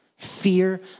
Fear